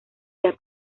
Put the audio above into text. sea